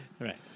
Right